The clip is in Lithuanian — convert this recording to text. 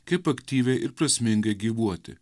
kaip aktyviai ir prasmingai gyvuoti